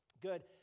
Good